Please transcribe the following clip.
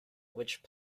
which